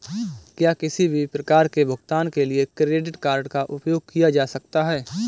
क्या किसी भी प्रकार के भुगतान के लिए क्रेडिट कार्ड का उपयोग किया जा सकता है?